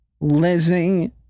Lizzie